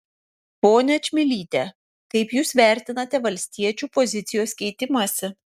ponia čmilyte kaip jūs vertinate valstiečių pozicijos keitimąsi